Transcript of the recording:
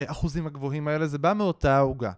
האחוזים הגבוהים האלה זה בא מאותה העוגה